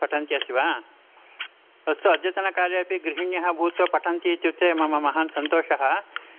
पठन्ती अस्ति वा अस्तु अद्यतनकाले अपि गृहिण्यः भूत्वा पठन्ति इत्युक्ते मम महान् सन्तोषः